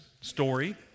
story